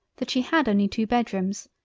that she had only two bedrooms,